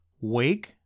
wake